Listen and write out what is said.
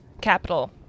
capital